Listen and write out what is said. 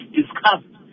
discussed